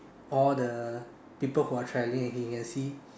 all the people who are travelling and he can see